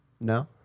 No